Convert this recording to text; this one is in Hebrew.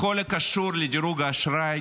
בכל הקשור לדירוג האשראי,